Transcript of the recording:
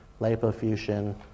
lipofusion